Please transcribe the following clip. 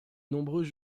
nombreux